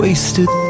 Wasted